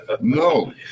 no